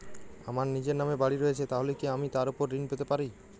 আমার নিজের নামে বাড়ী রয়েছে তাহলে কি আমি তার ওপর ঋণ পেতে পারি?